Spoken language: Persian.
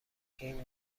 این